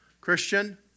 Christian